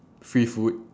free food